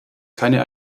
keine